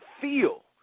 feel